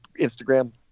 Instagram